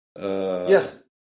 Yes